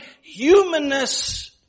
humanness